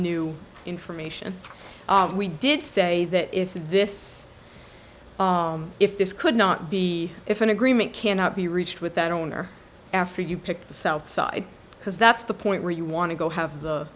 new information we did say that if this if this could not be if an agreement cannot be reached with that owner after you picked the south side because that's the point where you want to go have the